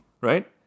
Right